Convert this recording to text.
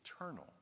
eternal